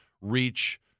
reach